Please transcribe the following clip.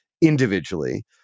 individually